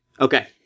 Okay